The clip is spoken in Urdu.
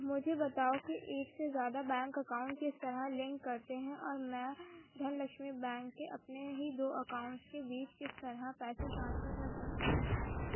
مجھے بتاؤ کہ ایک سے زیادہ بینک اکاؤنٹ کس طرح لنک کرتے ہیں اور میں دھن لکشمی بینک کے اپنے ہی دو اکاؤنٹس کے بیچ کس طرح پیسے ٹرانسفر کر سکتی ہوں